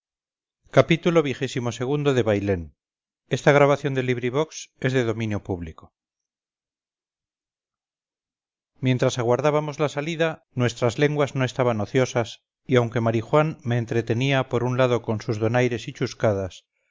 xxvi xxvii xxviii xxix xxx xxxi xxxii bailén de benito pérez galdós mientras aguardábamos la salida nuestras lenguas no estaban ociosas y aunque marijuán me entretenía por un lado con sus donaires y chuscadas